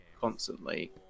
constantly